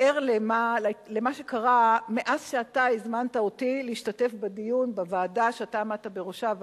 למה שקרה מאז הזמנת אותי להשתתף בדיון בוועדה שאתה עמדת בראשה,